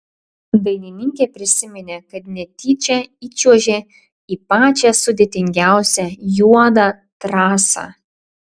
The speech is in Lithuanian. dainininkė prisiminė kad netyčia įčiuožė į pačią sudėtingiausią juodą trasą